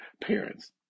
parents